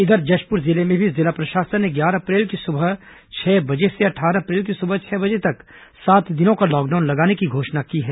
इधर जशपुर जिले में भी जिला प्रशासन ने ग्यारह अप्रैल की सुबह छह बजे से अट्ठारह अप्रैल की सुबह छह बजे तक सात दिनों का लॉकडाउन लगाने की घोषणा की है